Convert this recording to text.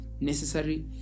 necessary